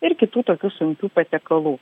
ir kitų tokių sunkių patiekalų